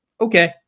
Okay